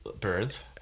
Birds